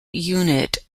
unit